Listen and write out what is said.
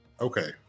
okay